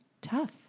tough